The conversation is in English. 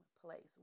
place